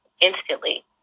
instantly